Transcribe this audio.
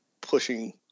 pushing